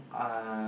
uh